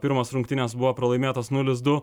pirmos rungtynės buvo pralaimėtos nulis du